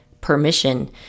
permission